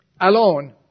alone